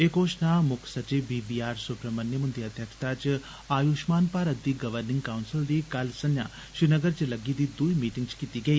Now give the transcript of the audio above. एह घोषणा मुक्ख सचिव बी वी आर सुब्राहमणयम हुन्दी अध्यक्षता च आयुषमान भारत दी गवर्निंग कांऊसिल दी कल संजां श्रीनगर च लग्गी दी दुई मीटिंग च कीत्ती गेई